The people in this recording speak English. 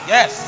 Yes